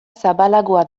zabalagoa